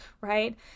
right